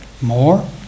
more